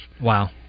Wow